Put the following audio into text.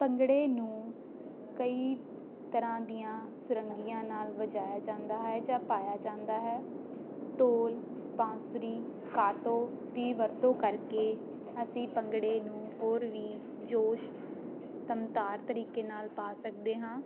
ਭੰਗੜੇ ਨੂੰ ਕਈ ਤਰ੍ਹਾਂ ਦੀਆਂ ਸੁਰੰਗੀਆਂ ਨਾਲ ਵਜਾਇਆ ਜਾਂਦਾ ਹੈ ਜਾਂ ਪਾਇਆ ਜਾਂਦਾ ਹੈ ਢੋਲ ਬਾਂਸੁਰੀ ਕਾਟੋ ਦੀ ਵਰਤੋਂ ਕਰਕੇ ਅਸੀਂ ਭੰਗੜੇ ਨੂੰ ਹੋਰ ਵੀ ਜੋਸ਼ ਤਮਤਾਰ ਤਰੀਕੇ ਨਾਲ ਪਾ ਸਕਦੇ ਹਾਂ